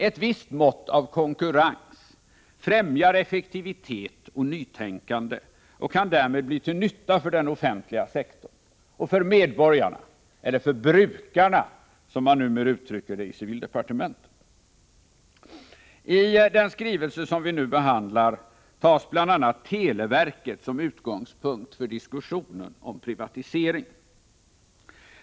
Ett visst mått av konkurrens främjar effektivitet och nytänkande och kan därmed bli till nytta för den offentliga sektorn och för medborgarna, eller för ”brukarna”, som man numera uttrycker det i civildepartementet. I den skrivelse som vi nu behandlar tas bl.a. televerket som utgångspunkt för diskussionen om privatisering.